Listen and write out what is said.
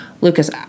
Lucas